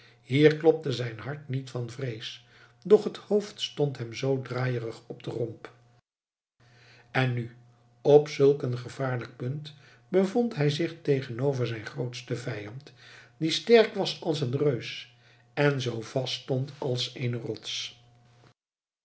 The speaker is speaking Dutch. hier klopte zijn hart niet van vrees doch het hoofd stond hem zoo draaierig op den romp en nu op zulk een gevaarlijk punt bevond hij zich tegenover zijn grootsten vijand die sterk was als een reus en zoo vast stond als eene rots